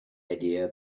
idea